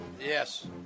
Yes